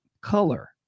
color